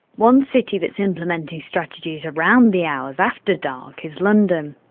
one city that's implementing strategies around the hours after dark is london.